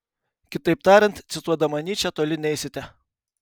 kitaip tariant cituodama nyčę toli neisite